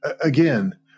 again